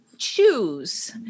choose